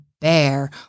Bear